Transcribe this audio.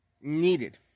needed